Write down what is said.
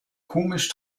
komisch